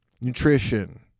nutrition